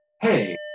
hey